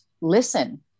listen